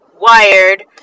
wired